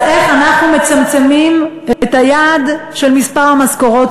אז איך אנחנו מצמצמים את היעד של מספר המשכורות,